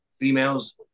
females